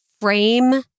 frame